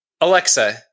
Alexa